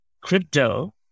crypto